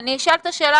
ואני אשאל את השאלה,